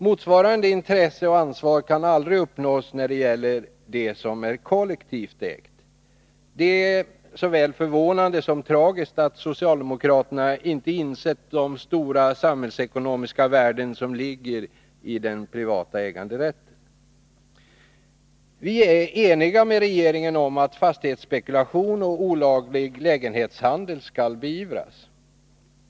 Motsvarande intresse och ansvar kan aldrig uppnås när det gäller det som är kollektivt ägt. Det är såväl förvånande som tragiskt att socialdemokraterna inte insett de stora samhällsekonomiska värden som ligger i den privata äganderätten. Vi är eniga med regeringen om att fastighetsspekulation och olaglig lägenhetshandel skall beivras.